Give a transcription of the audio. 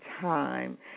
time